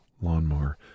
lawnmower